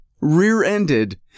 rear-ended